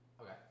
Okay